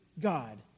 God